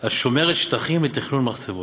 השומרת שטחים לתכנון מחצבות.